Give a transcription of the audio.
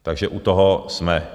Takže u toho jsme.